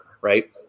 right